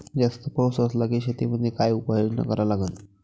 जास्त पाऊस असला त शेतीमंदी काय उपाययोजना करा लागन?